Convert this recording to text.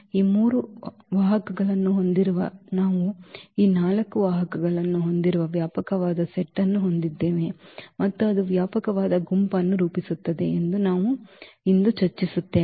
ಈ 3 ವಾಹಕಗಳನ್ನು ಹೊಂದಿರುವ ನಾವು ಈ 4 ವಾಹಕಗಳನ್ನು ಹೊಂದಿರುವ ವ್ಯಾಪಕವಾದ ಸೆಟ್ ಅನ್ನು ಹೊಂದಿದ್ದೇವೆ ಮತ್ತು ಅದು ವ್ಯಾಪಕವಾದ ಗುಂಪನ್ನು ರೂಪಿಸುತ್ತದೆ ಎಂದು ನಾವು ಇಂದು ಚರ್ಚಿಸುತ್ತೇವೆ